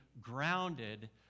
grounded